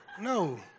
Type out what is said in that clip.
No